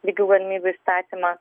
lygių galimybių įstatymą